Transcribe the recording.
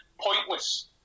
Pointless